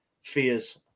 fears